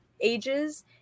ages